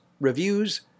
reviews